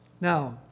Now